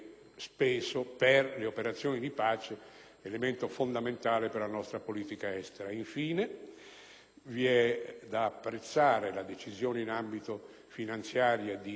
speso per le operazioni di pace, elemento fondamentale della nostra politica estera. Infine, è da apprezzare la decisione in ambito finanziario di